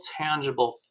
tangible